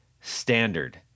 standard